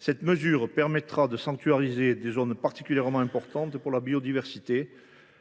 Cette mesure permettra de sanctuariser des zones particulièrement importantes pour la biodiversité.